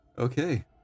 Okay